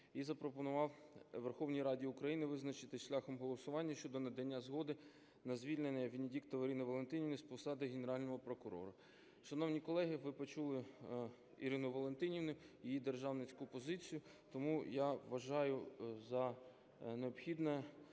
і запропонував Верховній Раді України визначитись шляхом голосування щодо надання згоди на звільнення Венедіктової Ірини Валентинівни з посади Генерального прокурора. Шановні колеги, ви почули Ірину Валентинівну, її державницьку позицію, тому, я вважаю за необхідне